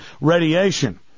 radiation